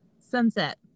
Sunset